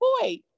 boy